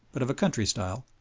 but of a country style,